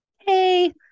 Hey